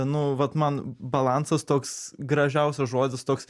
nu vat man balansas toks gražiausias žodis toks